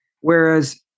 Whereas